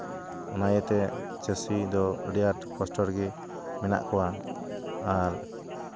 ᱚᱱᱟ ᱤᱭᱟᱹᱛᱮ ᱪᱟᱹᱥᱤ ᱫᱚ ᱟᱹᱰᱤ ᱟᱸᱴ ᱠᱚᱥᱴᱚ ᱨᱮᱜᱮ ᱢᱮᱱᱟᱜ ᱠᱚᱣᱟ ᱟᱨ